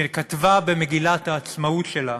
שכתבה במגילת העצמאות שלה